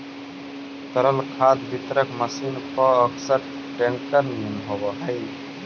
तरल खाद वितरक मशीन पअकसर टेंकर निअन होवऽ हई